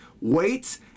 wait